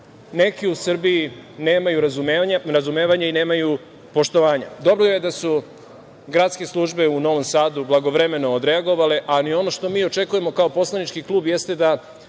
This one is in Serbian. neki u Srbiji nemaju razumevanja i nemaju poštovanja. Dobro je da su gradske službe u Novom Sadu blagovremeno odreagovale, ali ono što mi očekujemo kao poslanički klub jeste da